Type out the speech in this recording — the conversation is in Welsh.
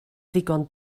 ddigon